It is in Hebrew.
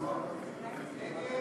נגד.